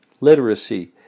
literacy